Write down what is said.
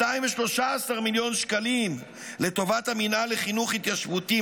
213 מיליון שקלים לטובת המינהל לחינוך התיישבותי,